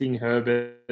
Herbert